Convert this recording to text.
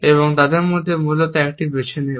এবং তাদের মধ্যে মূলত একটি বেছে নেবে